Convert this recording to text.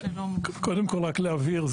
קודם כל רק להבהיר,